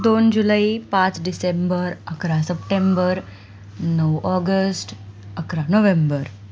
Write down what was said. दोन जुलै पाच डिसेंबर अकरा सप्टेंबर नऊ ऑगस्ट अकरा नोव्हेंबर